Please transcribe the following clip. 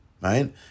right